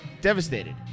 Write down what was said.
devastated